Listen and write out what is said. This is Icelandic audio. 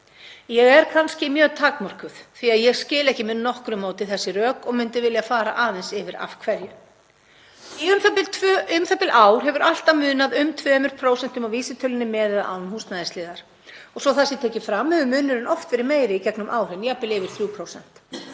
Ég er kannski mjög takmörkuð því að ég skil ekki með nokkru móti þessi rök og myndi vilja fara aðeins yfir hvers vegna. Í u.þ.b. ár hefur alltaf munað um 2% á vísitölunni með eða án húsnæðisliðar. Svo það sé tekið fram hefur munurinn oft verið meiri í gegnum árin, jafnvel yfir 3%.